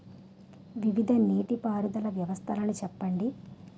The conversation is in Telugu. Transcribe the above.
వివిధ నీటి పారుదల వ్యవస్థలను చెప్పండి?